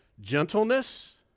gentleness